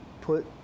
put